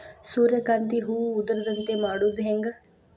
ಸೂರ್ಯಕಾಂತಿ ಹೂವ ಉದರದಂತೆ ಮಾಡುದ ಹೆಂಗ್?